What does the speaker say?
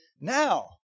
now